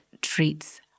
treats